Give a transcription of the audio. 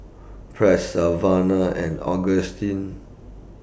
Press Savannah and Augustine